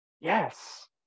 yes